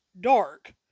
dark